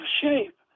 shape